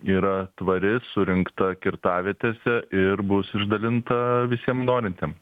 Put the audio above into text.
yra tvari surinkta kirtavietėse ir bus išdalinta visiem norintiem